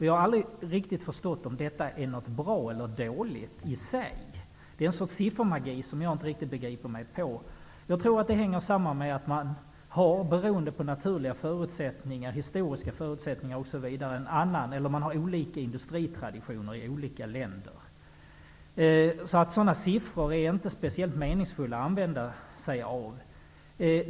Jag har aldrig riktigt förstått om detta är något bra eller något dåligt i sig. Det är en sorts siffermagi som jag inte riktigt begriper mig på. Jag tror att det hänger samman med att man, beroende på naturliga förutsättningar, historiska förutsättningar, osv., har olika industritraditioner i olika länder. Sådana siffror är därför inte speciellt meningsfulla att använda sig av.